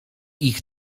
ich